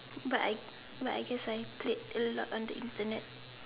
but I but I guess I played a lot on the Internet